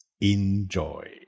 Enjoy